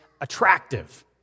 attractive